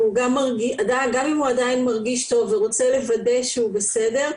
גם אם הוא עדיין מרגיש טוב ורוצה לוודא שהוא בסדר,